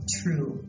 true